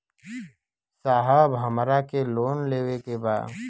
साहब हमरा के लोन लेवे के बा